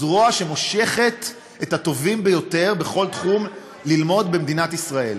זרוע שמושכת את הטובים ביותר בכל תחום ללמוד במדינת ישראל,